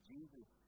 Jesus